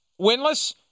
winless